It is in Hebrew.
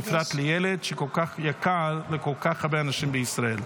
בפרט לילד שכל כך יקר לכל כך הרבה אנשים בישראל.